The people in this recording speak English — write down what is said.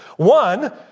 One